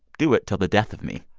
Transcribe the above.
do it till the death of me.